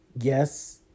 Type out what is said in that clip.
yes